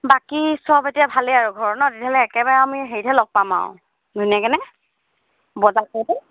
বাকী সব এতিয়া ভালেই আৰু ঘৰত নহ্ তেতিয়াহ'লে একেবাৰে আমি হেৰিতহে লগ পাম আৰু ধুনীয়াকেনে বজাৰ